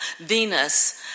Venus